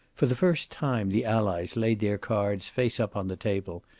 for the first time the allies laid their cards face up on the table,